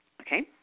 Okay